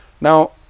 now